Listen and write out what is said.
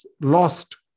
lost